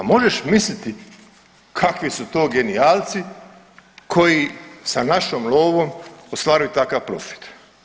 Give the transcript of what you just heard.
Ma možeš misliti kakvi su to genijalci koji sa našom lovom ostvaruju takav profit.